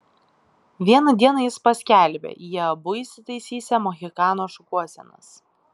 vieną dieną jis paskelbė jie abu įsitaisysią mohikano šukuosenas